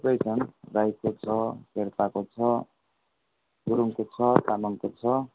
थुप्रै छन् राईको छ शेर्पाको छ गुरूङको छ तामाङको छ